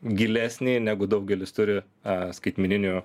gilesnį negu daugelis turi a skaitmeninių